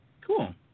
cool